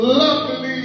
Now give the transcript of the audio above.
lovely